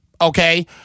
Okay